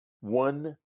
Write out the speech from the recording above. one